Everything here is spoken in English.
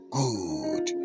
good